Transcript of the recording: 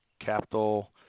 capital